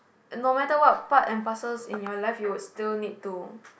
no matter what parts and parcels in your life you would still need to